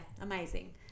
Amazing